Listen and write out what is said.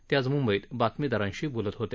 ते आज मुंबईत बातमीदारांशी बोलत होते